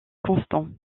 constant